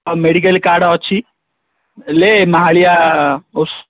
ଆଉ medical card ଅଛି ଲେ ମାହାଳିଆ ଓଷ